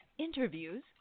Interviews